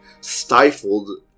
stifled